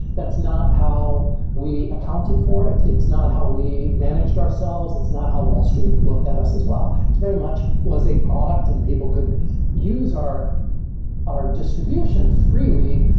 that's not how we accounted for it. it's not how we managed ourselves. it's not how wall street looked at us as well. it's very much was a product and people could use our our distribution freely,